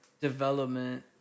development